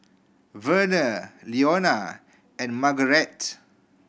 Verner Leonia and Marguerite